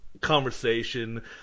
conversation –